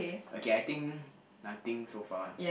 okay I think nothing so far